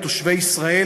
את תושבי ישראל